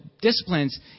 disciplines